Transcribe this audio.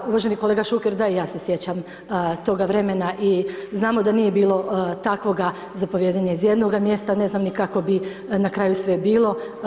Pa uvaženi kolega Šuker, da, ja se sjećam toga vremena i znamo da nije bilo takvoga zapovijedanja iz mjesta, ne znam ni kako bi na kraju sve bilo.